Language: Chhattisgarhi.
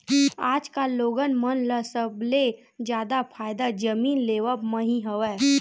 आजकल लोगन मन ल सबले जादा फायदा जमीन लेवब म ही हवय